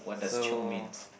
so